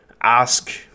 ask